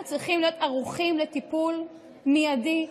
אנחנו צריכים להיות ערוכים לטיפול מיידי,